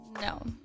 No